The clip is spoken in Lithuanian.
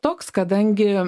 toks kadangi